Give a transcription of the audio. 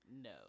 No